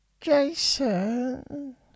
Jason